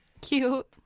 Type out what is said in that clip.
Cute